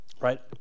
Right